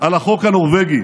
על החוק הנורבגי,